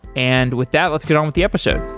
and with that, let's get on with the episode.